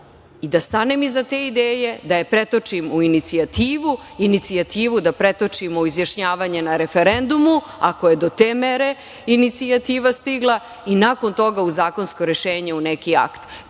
i da stanem iza te ideje, da je pretočim u inicijativu, a inicijativu da pretočim i izjašnjavanje o referendumu, ako je do te mere inicijativa stigla i nakon toga u zakonsko rešenje, u neki akt.